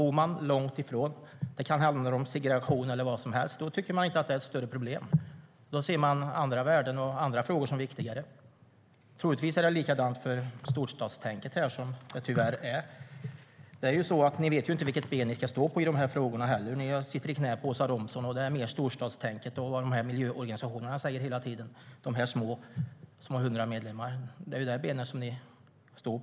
Bor man långt ifrån tycker man inte att det är ett stort problem. Då ser man andra värden och frågor som viktigare. Det kan handla om detta, om segregation eller om vad som helst. Troligtvis är det detsamma med storstadstänket här. Ni vet inte vilket ben ni ska stå på i dessa frågor. Ni sitter i knät på Åsa Romson. Det är storstadstänket och vad de små miljöorganisationerna med hundra medlemmar säger som gäller.